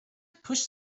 pushed